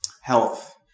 health